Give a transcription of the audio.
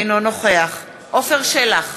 אינו נוכח עפר שלח,